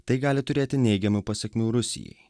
tai gali turėti neigiamų pasekmių rusijai